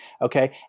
okay